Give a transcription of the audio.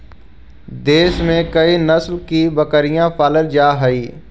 देश में कई नस्ल की बकरियाँ पालल जा हई